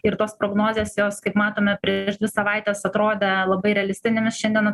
ir tos prognozės jos kaip matome prieš dvi savaites atrodė labai realistinėmis šiandien